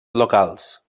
locals